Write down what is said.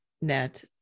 net